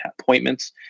appointments